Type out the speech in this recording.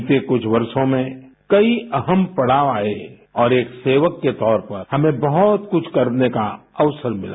बीते कुछ वर्षो में कई अहम पड़ाव आये और एक सेवक के तौर पर हमें बहुत कुछ करने का अवसर मिला